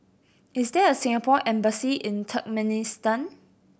is there a Singapore Embassy in Turkmenistan